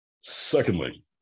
Secondly